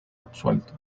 absuelto